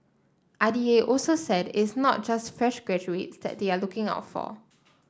I D A also said it's not just fresh graduates that they are looking out for